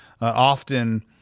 often